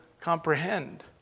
comprehend